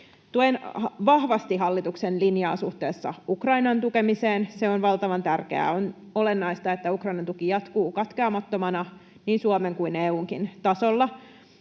Tuen vahvasti hallituksen linjaa suhteessa Ukrainan tukemiseen. Se on valtavan tärkeää. On olennaista, että Ukrainan tuki jatkuu katkeamattomana niin Suomen kuin EU:n-kin tasolla.